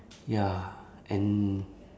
ya and